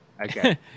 Okay